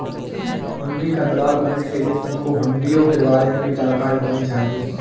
हुंडी का दलाल बनने के लिए तुमको हुँड़ियों के बारे में भी जानकारी होनी चाहिए